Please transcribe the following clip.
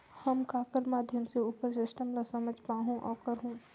हम ककर माध्यम से उपर सिस्टम ला समझ पाहुं और करहूं?